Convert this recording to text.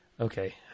Okay